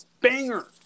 Banger